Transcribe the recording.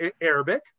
Arabic